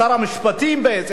שר המשפטים בעצם,